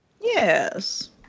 yes